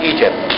Egypt